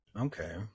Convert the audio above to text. Okay